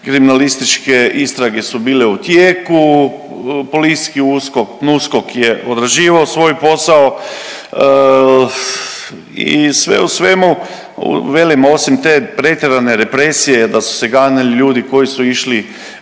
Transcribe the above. kriminalističke istrage su bile u tijeku, policijski USKOK PNUSKOK je odrađivao svoj posao i sve u svemu velim osim te pretjerane represije da su se ganjali ljudi koji su išli